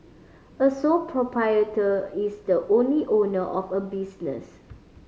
a sole proprietor is the only owner of a business